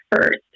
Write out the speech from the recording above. first